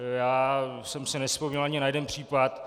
Já jsem si nevzpomněl ani na jeden případ.